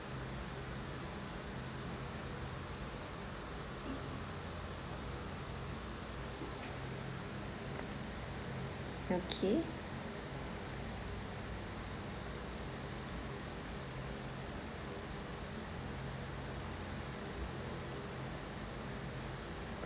okay